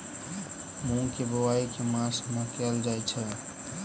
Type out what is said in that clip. मूँग केँ बोवाई केँ मास मे कैल जाएँ छैय?